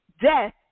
death